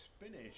spinach